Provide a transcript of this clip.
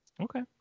Okay